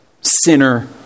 sinner